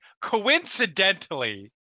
coincidentally